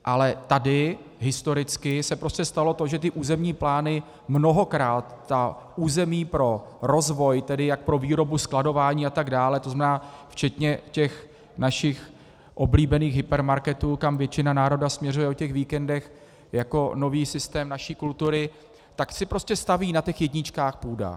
Ale tady historicky se prostě stalo to, že územní plány mnohokrát ta území pro rozvoj, tedy jak pro výrobu, skladování atd., to znamená včetně našich oblíbených hypermarketů, kam většina národa směřuje o víkendech jako nový systém naší kultury, tak si prostě staví na těch jedničkách půdách.